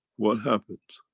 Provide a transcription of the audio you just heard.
what happens?